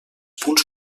punts